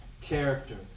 character